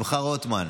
הכנסת שמחה רוטמן.